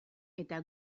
eta